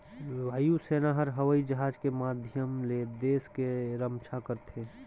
वायु सेना हर हवई जहाज के माधियम ले देस के रम्छा करथे